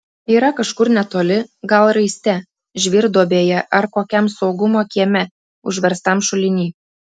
yra kažkur netoli gal raiste žvyrduobėje ar kokiam saugumo kieme užverstam šuliny